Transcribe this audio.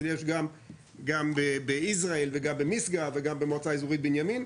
אני מניח גם ביזרעאל וגם במשגב וגם במועצה אזורית בנימין.